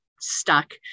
stuck